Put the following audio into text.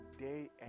day